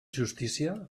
justícia